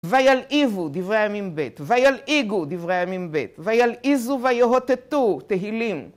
וילעיבו דברי הימים ב, וילעיגו דברי הימים ב, וילעיזו ויהותתו תהילים.